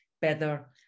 better